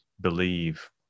believe